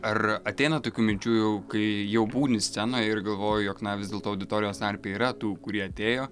ar ateina tokių minčių jau kai jau būni scenoj ir galvoji jog na vis dėlto auditorijos tarpe yra tų kurie atėjo